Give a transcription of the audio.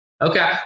Okay